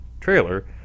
trailer